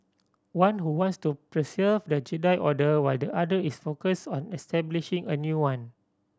one who wants to preserve the Jedi Order while the other is focused on establishing a new one